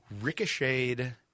ricocheted